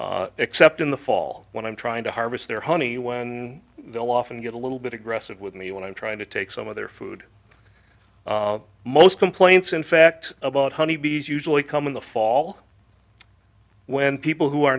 except in the fall when i'm trying to harvest their honey when they'll often get a little bit aggressive with me when i'm trying to take some of their food most complaints in fact about honey bees usually come in the fall when people who are